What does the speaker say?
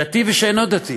דתי ושאינו דתי.